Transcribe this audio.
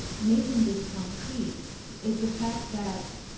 making this concrete is the fact that